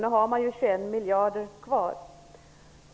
Nu har man 21 miljarder kvar.